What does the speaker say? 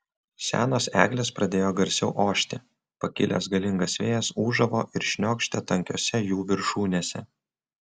senos eglės pradėjo garsiau ošti pakilęs galingas vėjas ūžavo ir šniokštė tankiose jų viršūnėse